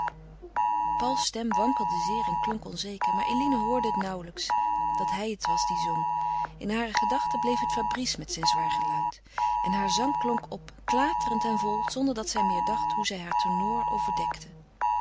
pauls stem wankelde zeer en klonk onzeker maar eline hoorde het nauwlijks dat hij het was die zong in hare gedachte bleef het fabrice met zijn zwaar geluid en haar zang klonk op klaterend en vol zonder dat zij meer dacht hoe zij haar tenor overdekte